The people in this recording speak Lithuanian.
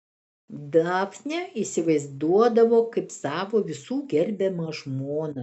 dafnę įsivaizduodavo kaip savo visų gerbiamą žmoną